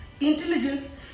intelligence